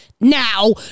now